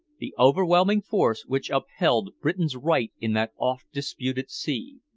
the overwhelming force which upheld britain's right in that oft-disputed sea.